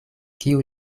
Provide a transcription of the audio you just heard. kiu